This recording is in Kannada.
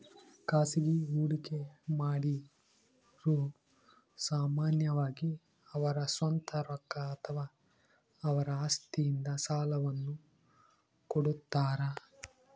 ಖಾಸಗಿ ಹೂಡಿಕೆಮಾಡಿರು ಸಾಮಾನ್ಯವಾಗಿ ಅವರ ಸ್ವಂತ ರೊಕ್ಕ ಅಥವಾ ಅವರ ಆಸ್ತಿಯಿಂದ ಸಾಲವನ್ನು ಕೊಡುತ್ತಾರ